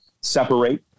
separate